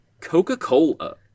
Coca-Cola